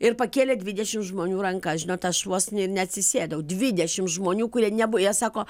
ir pakėlė dvidešimt žmonių rankas žinot aš vos ne ir neatsisėdau dvidešim žmonių kurie nebuvę jie sako